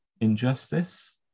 injustice